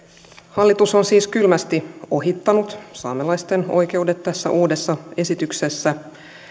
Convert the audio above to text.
hallitus on siis kylmästi ohittanut saamelaisten oikeudet tässä uudessa esityksessä